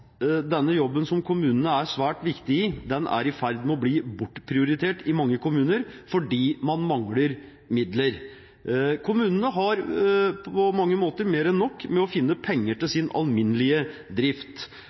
denne jobben, som kommunene er svært viktige i, er i ferd med å bli bortprioritert i mange kommuner fordi man mangler midler. Kommunene har på mange måter mer enn nok med å finne penger til sin alminnelige drift.